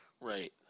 Right